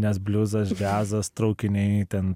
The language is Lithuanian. nes bliuzas džiazas traukiniai ten